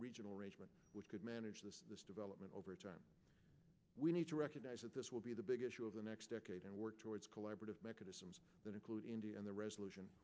regional arrangement which could manage this development over time we need to recognise that this will be the big issue of the next decade and work towards collaborative mechanisms that include india in the resolution